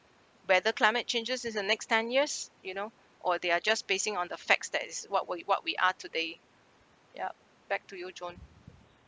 whether climate changes is the next ten years you know or they are just basing on the facts that is what we what we are today yup back to you john